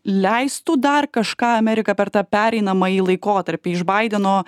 leistų dar kažką amerika per tą pereinamąjį laikotarpį iš baideno